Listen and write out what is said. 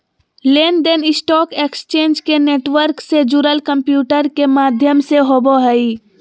लेन देन stock exchange के network से जुड़ल कंम्प्यूटर के माध्यम से होबो हइ